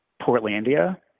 portlandia